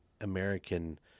American